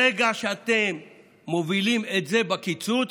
ברגע שאתם מובילים את זה בקיצוץ,